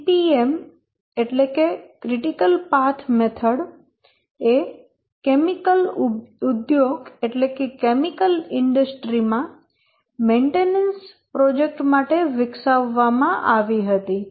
CPM એટલે કે critical path method એ કેમિકલ ઉદ્યોગ માં મેઈન્ટેનન્સ પ્રોજેક્ટ માટે વિકસાવવામાં આવી હતી